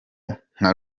nka